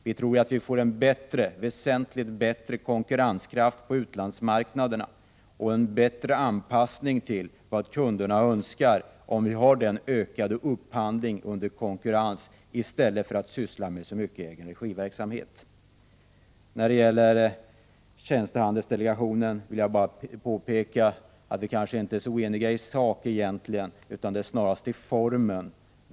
Vi tror att vi får en väsentligt bättre konkurrenskraft på utlandsmarknaderna och en bättre anpassning till vad kunderna önskar, om vi har ökad upphandling under konkurrens i stället för så mycket egenregiverksamhet. När det gäller tjänstehandelsdelegationen vill jag påpeka att vi kanske inte är oeniga i sak. Snarast gäller det formen.